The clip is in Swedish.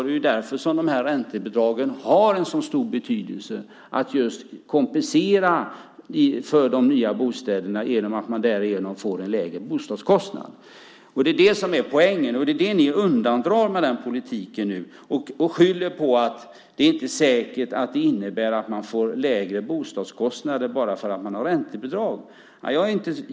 Det är därför som räntebidragen har en så stor betydelse att just kompensera för de nya bostäderna genom att man därigenom får en lägre bostadskostnad. Det är poängen. Det är det ni undandrar med den politiken. Ni skyller på att det inte är säkert att det blir lägre bostadskostnader bara för att det finns räntebidrag.